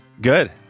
Good